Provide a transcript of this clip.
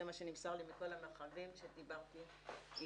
זה מה שנמסר לי מכל המרחבים שדיברתי איתם.